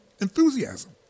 enthusiasm